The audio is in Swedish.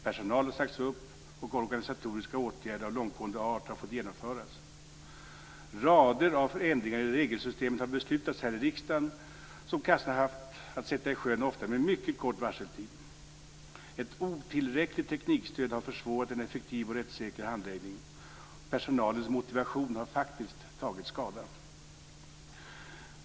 Personal har sagts upp och organisatoriska åtgärder av långtgående art har fått genomföras. Rader av förändringar i regelsystemet har beslutats har i riksdagen som kassan haft att sätta i sjön med ofta mycket kort varsel. Ett otillräckligt teknikstöd har försvårat en effektiv och rättssäker handläggning. Personalens motivation har faktiskt tagit skada.